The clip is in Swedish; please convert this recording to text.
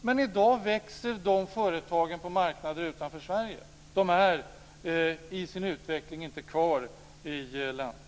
Men i dag växer dessa företag på marknader utanför Sverige. De är i sin utveckling inte kvar i landet.